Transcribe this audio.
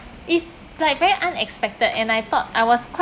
is like very unexpected and I thought I was quite